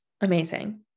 Amazing